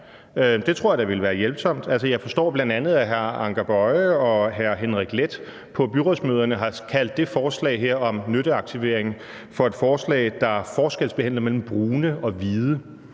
Det tror jeg da ville være hjælpsomt. Jeg forstår bl.a., at hr. Anker Boye og hr. Henrik Leth på byrådsmøderne har kaldt det her forslag om nytteaktivering for et forslag, der forskelsbehandler brune og hvide,